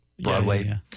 Broadway